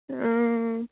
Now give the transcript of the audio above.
اۭں